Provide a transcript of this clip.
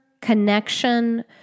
connection